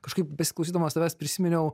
kažkaip besiklausydamas tavęs prisiminiau